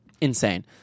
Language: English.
insane